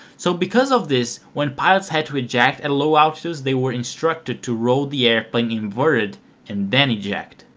so because of this when pilots had to eject at low altitudes they were instructed to roll the airplane inverted and then eject.